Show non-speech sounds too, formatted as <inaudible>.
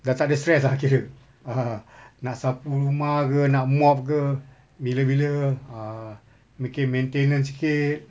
dah tak ada stress lagi ah <laughs> nak sapu rumah ke nak mop ke bila bila ah bikin maintenance sikit